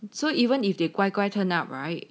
so even if they 乖乖 turn up right